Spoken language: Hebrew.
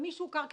מי שהוכר כפליט,